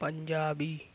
Punjabi